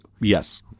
Yes